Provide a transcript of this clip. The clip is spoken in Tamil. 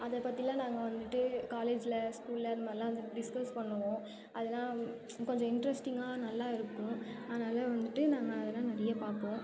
அதை பற்றிலாம் நாங்கள் வந்துட்டு காலேஜ்ல ஸ்கூல்ல அந்த மாதிரிலாம் வந்து டிஸ்கஸ் பண்ணுவோம் அதெல்லாம் கொஞ்சம் இன்ட்ரெஸ்டிங்காக நல்லா இருக்கும் அதனால் வந்துட்டு நாங்கள் அதெல்லாம் நிறைய பார்ப்போம்